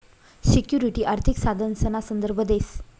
security आर्थिक साधनसना संदर्भ देस